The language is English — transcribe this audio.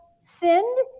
sinned